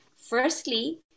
firstly